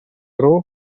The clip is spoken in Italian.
crawl